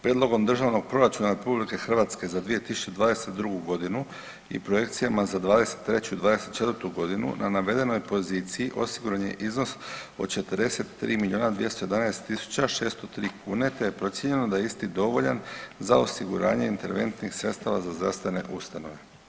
Prijedlogom Državnog proračuna RH za 2022. g. i projekcijama za '23. i '24. g. na navedenoj poziciji osiguran je iznos od 43 211 603 kune te je procijenjeno da je isti dovoljan za osiguranje interventnih sredstava za zdravstvene ustanove.